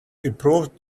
improved